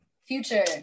Future